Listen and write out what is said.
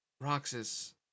Roxas